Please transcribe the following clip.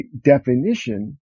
definition